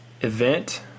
event